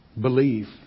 Belief